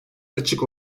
açık